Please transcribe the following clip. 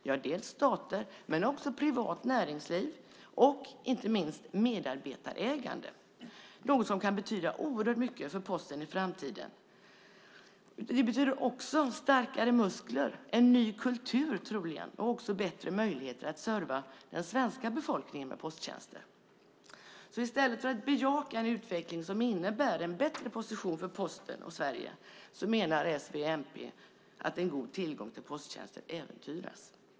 Det är ett ägande av dels staten, dels privat näringsliv och inte minst ett medarbetarägande. Det är något som kan betyda oerhört mycket för Posten i framtiden. Det betyder också starkare muskler, troligen en ny kultur och också bättre möjligheter att serva den svenska befolkningen med posttjänster. I stället för att bejaka en utveckling som innebär en bättre position för Posten och Sverige menar s, v och mp att en god tillgång till posttjänster äventyras.